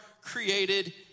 created